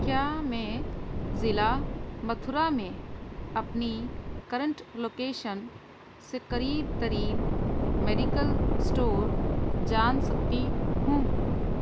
کیا میں ضلع متھرا میں اپنی کرنٹ لوکیشن سے قریب ترین میڈیکل اسٹور جان سکتی ہوں